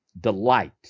delight